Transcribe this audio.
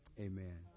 Amen